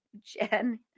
jen